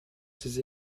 ses